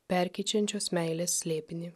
perkeičiančios meilės slėpinį